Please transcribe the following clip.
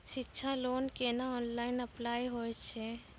शिक्षा लोन केना online apply होय छै?